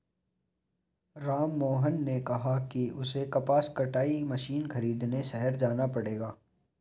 राममोहन ने कहा कि उसे कपास कटाई मशीन खरीदने शहर जाना पड़ेगा